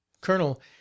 Colonel